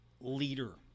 leader